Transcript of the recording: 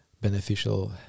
beneficial